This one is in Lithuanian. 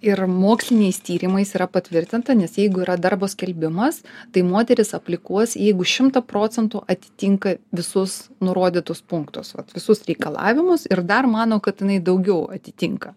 ir moksliniais tyrimais yra patvirtinta nes jeigu yra darbo skelbimas tai moteris aplikuos jeigu šimtą procentų atitinka visus nurodytus punktus vat visus reikalavimus ir dar mano kad jinai daugiau atitinka